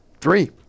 Three